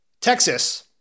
Texas